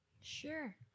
Sure